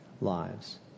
lives